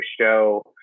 show